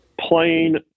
plain